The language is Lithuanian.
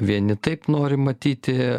vieni taip nori matyti